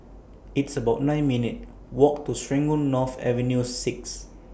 It's about nine minutes' Walk to Serangoon North Avenue six